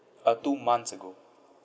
uh two months ago